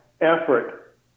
effort